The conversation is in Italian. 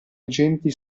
agenti